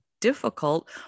difficult